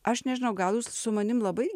aš nežinau gal jūs su manim labai